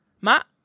Matt